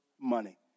money